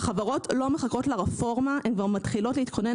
החברות לא מחכות לרפורמה אלא הן מתחילות להתכונן